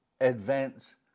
advance